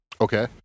Okay